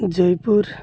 Jaipur